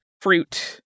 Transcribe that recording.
fruit